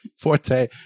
Forte